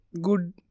good